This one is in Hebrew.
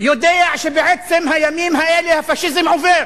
יודע שבעצם הימים האלה הפאשיזם עובר,